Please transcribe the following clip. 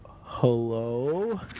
Hello